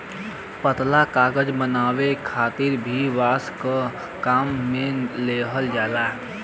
पतला कागज बनावे खातिर भी बांस के काम में लिहल जाला